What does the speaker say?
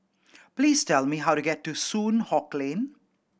please tell me how to get to Soon Hock Lane